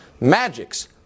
Magic's